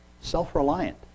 self-reliant